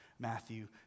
Matthew